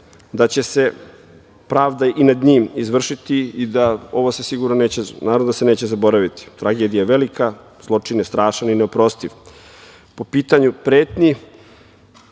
da će se pravda i nad njim izvršiti i se ovo naravno neće zaboraviti. Tragedija je velika. Zločin je strašan i neoprostiv. Po pitanju pretnji,